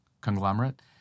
conglomerate